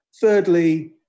Thirdly